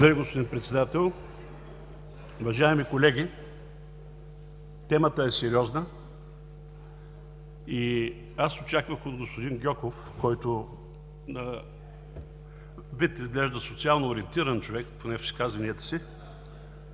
Благодаря, господин Председател. Уважаеми колеги, темата е сериозна и аз очаквах от господин Гьоков, който на вид изглежда социално ориентиран човек, поне в изказванията си,